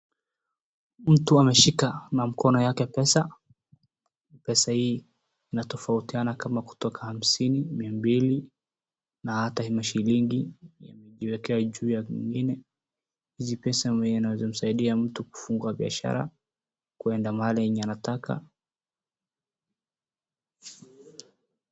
Mtu ameshika na mkono yake pesa. Pesa hii inatofautiana kama kutoka hamsini, mia mbili na hata mashilingi yaliyoekewa juu ya vingine. Hizi pesa zinaweza msaidia mtu kufungua biashara, kwenda mahali anataka